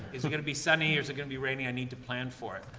is it gonna be sunny or is it gonna be rainy? i need to plan for it.